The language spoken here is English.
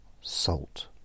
Salt